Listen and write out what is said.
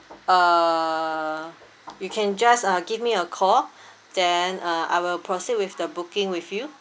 uh you can just uh give me a call then uh I will proceed with the booking with you